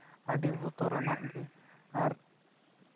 ᱟᱹᱰᱤ ᱵᱚᱛᱚᱨᱟᱱᱟᱜ ᱜᱮ ᱟᱨ